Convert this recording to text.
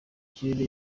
kirere